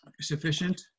sufficient